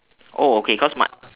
oh okay cause mine